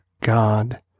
God